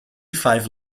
five